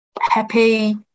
happy